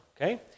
okay